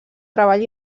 treball